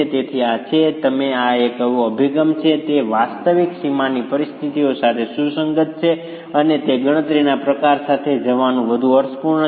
તેથી આ છે તેથી આ એક એવો અભિગમ છે જે વાસ્તવિક સીમાની પરિસ્થિતિઓ સાથે સુસંગત છે અને તે ગણતરીના પ્રકાર સાથે જવાનું વધુ અર્થપૂર્ણ છે